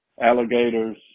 alligators